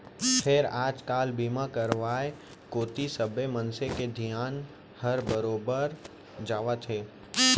फेर आज काल बीमा करवाय कोती सबे मनसे के धियान हर बरोबर जावत हे